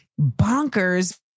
bonkers